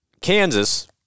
Kansas